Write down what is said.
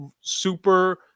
super